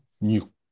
new